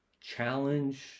challenge